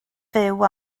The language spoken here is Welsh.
fyw